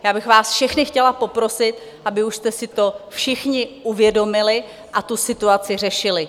Já bych vás všechny chtěla poprosit, abyste už si to všichni uvědomili a tu situaci řešili.